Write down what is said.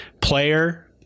player